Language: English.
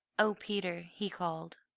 oh, peter! he called.